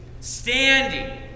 standing